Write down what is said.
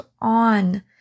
on